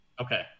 Okay